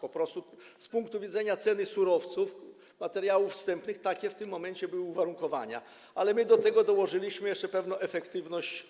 Po prostu z punktu widzenia ceny surowców, materiałów wstępnym takie w tym momencie były uwarunkowania, a my do tego dołożyliśmy jeszcze pewną efektywność